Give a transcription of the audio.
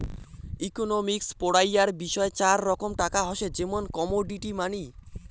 economics পড়াইয়ার বিষয় চার রকম টাকা হসে, যেমন কমোডিটি মানি